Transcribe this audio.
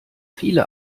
viele